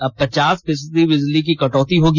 अब पचास फीसद बिजली की कटौती होगी